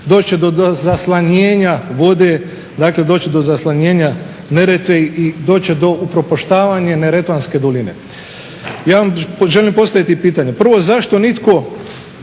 će do zaslanjenja vode, dakle doći će do zaslanjenja Neretve i doći će do upropaštavanja neretvanske doline. Ja vam želim postaviti pitanje, prvo zašto nitko